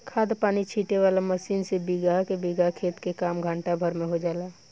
खाद पानी छीटे वाला मशीन से बीगहा के बीगहा खेत के काम घंटा भर में हो जाला